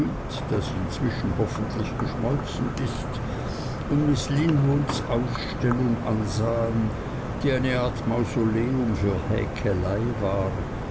das inzwischen hoffentlich geschmolzen ist und miß linwoods ausstellung ansahen die eine art mausoleum für häkelei war